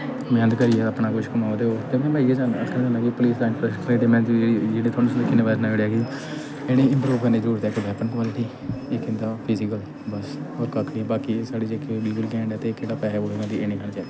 मेह्नत करियै अपना कुछ कमाओ ते ओह् ते फिर में इ'यै चाह् आखना चाह्न्नां कि पुलीस दा इन्फ्रास्ट्रक्चर जेह्ड़ा तोहानूं किन्ने बारी सनाई ओड़ेआ कि इ'नें गी इंप्रूब करने दी जरूरत ऐ इक बैपन क्वालिटी इक इं'दा फिजिकल बस होर कक्ख निं बाकी साढ़े जेह्के जे के पी घैंट ऐ ते जेह्के पैसे पूसे खंदी एह् निं खाने चाहिदे